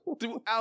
throughout